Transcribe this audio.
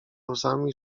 łzami